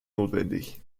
notwendig